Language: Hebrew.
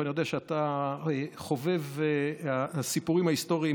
ואני יודע שאתה חובב סיפורים היסטוריים,